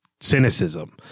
cynicism